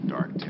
Dark